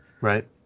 right